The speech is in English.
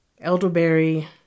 elderberry